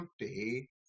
empty